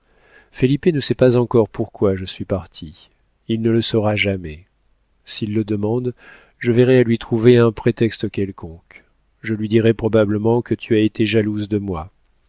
ne sait pas encore pourquoi je suis partie il ne le saura jamais s'il le demande je verrai à lui trouver un prétexte quelconque je lui dirai probablement que tu as été jalouse de moi